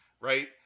right